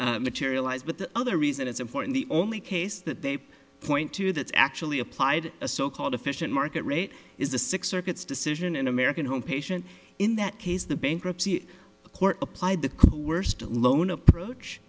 things materialized but the other reason it's important the only case that they point to that's actually applied a so called efficient market rate is the six circuits decision in american home patient in that case the bankruptcy court applied the coo worst alone approach